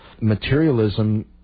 materialism